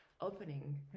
opening